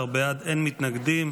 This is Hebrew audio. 15 בעד, אין מתנגדים,